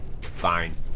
fine